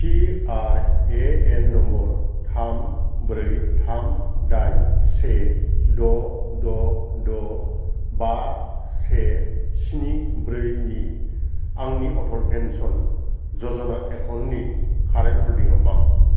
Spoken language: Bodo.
P R A N number थाम ब्रै थाम दाइन से द' द' द' बा से स्नि ब्रै नि आंनि अटल पेन्सन य'जना एकाउन्टनि कारेन्ट हल्डिंआ मा